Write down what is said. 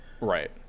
right